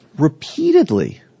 repeatedly